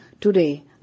Today